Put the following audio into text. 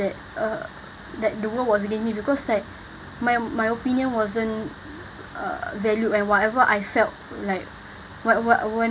that uh that the world was against me because like my my opinion wasn't uh valued and whatever I felt like what what